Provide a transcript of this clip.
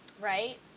Right